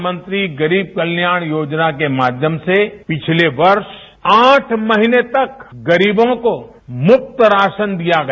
प्रधानमंत्री गरीब कल्याण योजना के माध्यम से पिछले वर्ष आठ महीने तक गरीबों को मुफ्त राशन दिया गया